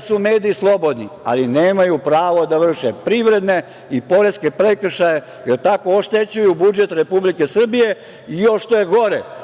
su mediji slobodni, ali nemaju pravo da vrše privredne i poreske prekršaje jer tako oštećuju budžet Republike Srbije i što je još gore –